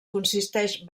consisteix